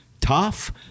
tough